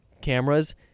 cameras